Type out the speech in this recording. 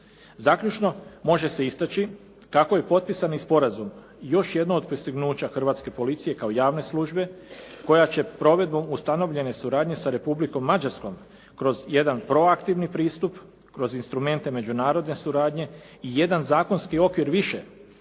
Zaključno, može se istači kako je potpisani sporazum još jedno od postignuća hrvatske policije kako javne službe koja će provedbom ustanovljene suradnje sa Republikom Mađarskom kroz jedan proaktivni pristup, kroz instrumente međunarodne suradnje i jedan zakonski okvir više